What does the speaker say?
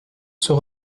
sera